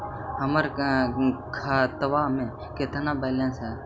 हमर खतबा में केतना बैलेंस हई?